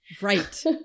Right